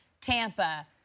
Tampa